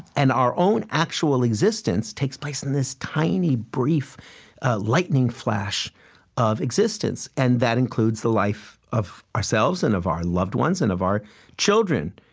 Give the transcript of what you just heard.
and our own actual existence takes place in this tiny, brief lightning flash of existence. and that includes the life of ourselves and of our loved ones and of our children,